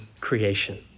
creation